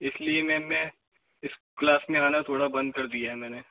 इसलिए मैम मैं इस क्लास में आना थोड़ा बंद कर दिया है मैंने